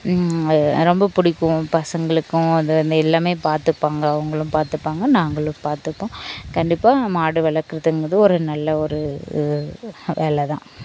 ரொம்ப பிடிக்கும் பசங்களுக்கும் அது வந்து எல்லாமே பார்த்துப்பாங்க அவங்களும் பார்த்துப்பாங்க நாங்களும் பார்த்துப்போம் கண்டிப்பா மாடு வளர்க்குறதுங்கிறது ஒரு நல்ல ஒரு வேலை தான்